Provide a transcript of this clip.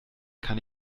kann